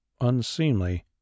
unseemly